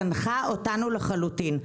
זנחה אותנו לחלוטין.